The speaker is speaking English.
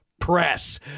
press